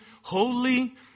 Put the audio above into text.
holy